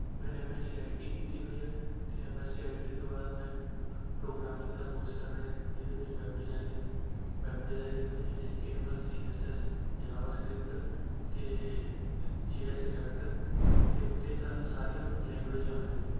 ਮੈਂ M S C I T ਕੀਤੀ ਹੋਈ ਆ ਅਤੇ M S C I T ਤੋਂ ਬਾਅਦ ਮੈਂ ਪ੍ਰੋਗਰਾਮਿੰਗ ਦਾ ਕੋਰਸ ਕਰ ਰਿਹਾ ਇਹਦੇ ਵਿੱਚ ਵੈੱਬ ਡਿਜ਼ਾਇਨਿੰਗ ਵੈੱਬ ਡਿਜਾਇਨਿੰਗ ਦੇ ਵਿੱਚ H T M L C S S JavaScript ਅਤੇ ਜੇ ਐੱਸ ਰਿਐਕਟ ਨੋਟਿਵ ਅਤੇ ਅ ਸਾਰੀਆ ਲੈਂਗੁਏਜ ਆ ਰਹੀਆਂ ਨੇ